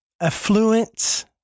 affluence